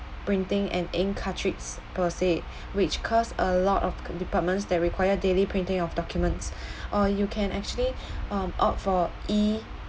printing and ink cartridge per se which cause a lot of departments that require daily printing of documents or you can actually uh opt for e~